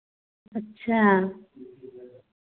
अच्छा